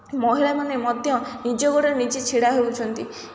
ମହିଳାମାନେ ମଧ୍ୟ ନିଜ ଗୋଡ଼ରେ ନିଜେ ଛିଡ଼ା ହେଉଛନ୍ତି